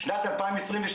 שנת 2022: